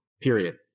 period